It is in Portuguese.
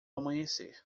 amanhecer